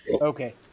Okay